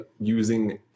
using